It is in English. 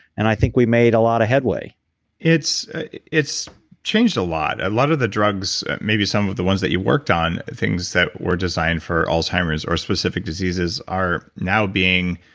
and i think we made a lot of headway it's it's changed a lot. a lot of the drugs, maybe some of the ones that you've worked on, things that were designed for alzheimer's or a specific diseases are now being